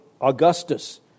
Augustus